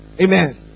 Amen